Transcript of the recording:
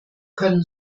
können